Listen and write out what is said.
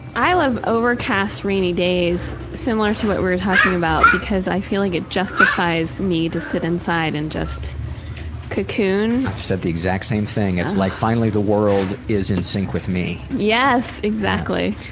i love overcast, rainy days, similar to what we were talking about, because i feel like it justifies me to sit inside and just cocoon. i've said the exact same thing. it's like finally the world is in sync with me. yes, exactly.